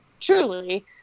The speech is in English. Truly